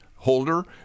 Holder